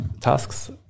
tasks